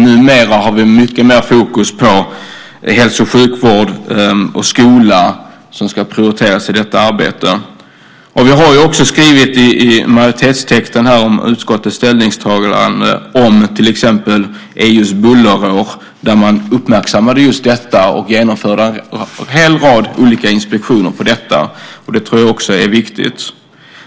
Numera har vi mycket mer fokus på hälso och sjukvård och skola, som ska prioriteras i detta arbete. Vi har också skrivit i majoritetstexten i utskottets ställningstagande om till exempel EU:s bullerår, då man uppmärksammade just detta och genomförde en hel rad olika inspektioner. Jag tror att det också är viktigt.